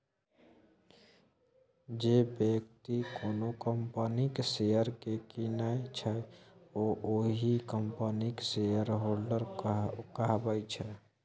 जे बेकती कोनो कंपनीक शेयर केँ कीनय छै ओ ओहि कंपनीक शेयरहोल्डर कहाबै छै